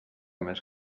més